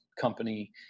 company